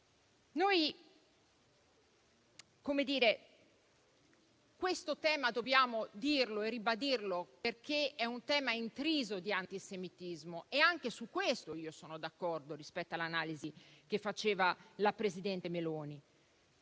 Questo tema dobbiamo dirlo e ribadirlo perché è un tema intriso di antisemitismo e anche su questo io sono d'accordo con l'analisi che faceva la Presidente Meloni.